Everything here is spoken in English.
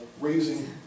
raising